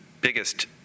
biggest